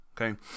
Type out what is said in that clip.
okay